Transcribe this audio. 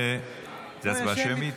זאת הצבעה שמית?